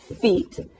feet